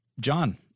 John